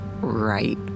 right